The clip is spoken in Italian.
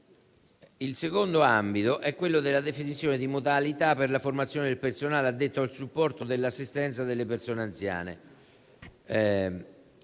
Il secondo ambito riguarda la definizione delle modalità per la formazione del personale addetto al supporto e all'assistenza delle persone anziane.